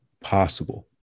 possible